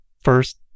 first